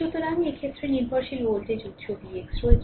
সুতরাং এক্ষেত্রে একটি নির্ভরশীল ভোল্টেজ উত্স Vx রয়েছে